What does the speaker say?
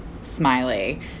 Smiley